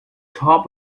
top